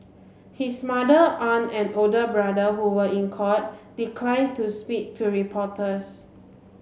his mother aunt and older brother who were in court decline to speak to reporters